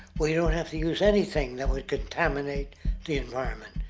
we don't have to use anything that would contaminate the environment.